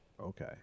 Okay